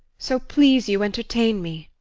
so please you entertain me.